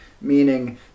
meaning